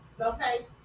Okay